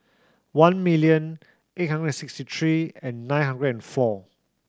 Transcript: one million eight hundred sixty three and nine hundred and four